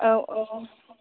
औ औ